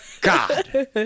God